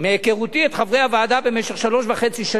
מהיכרותי את חברי הוועדה במשך שלוש שנים וחצי,